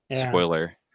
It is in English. Spoiler